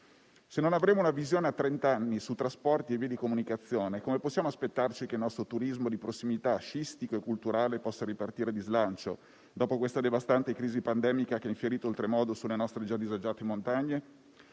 Se non avremo una visione a trent'anni su trasporti e vie di comunicazione, come possiamo aspettarci che il nostro turismo di prossimità, sciistico e culturale, possa ripartire di slancio dopo questa devastante crisi pandemica, che ha infierito oltremodo sulle nostre già disagiate montagne?